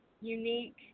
unique